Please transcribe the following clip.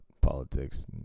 politics